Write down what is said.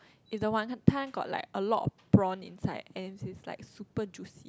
is the wanton got like a lot of prawn inside and it's like super juicy